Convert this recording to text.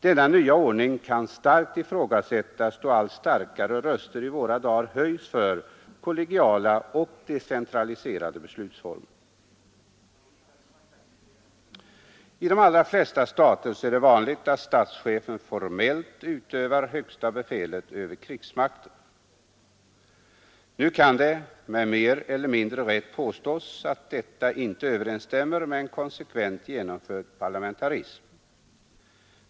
Denna nya ordning kan med fog ifrågasättas, då allt starkare röster i våra dagar höjs för kollegiala och decentraliserade beslutsformer. I de allra flesta stater är det vanligt att statschefen formellt utövar högsta befälet över krigsmakten. Nu kan det med mer eller mindre rätt påstås att detta inte överensstämmer med en konsekvent genomförd parlamentarism.